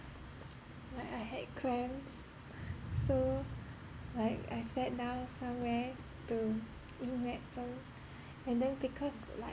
like I had cramps so like I sat down somewhere to eat medicine and then because like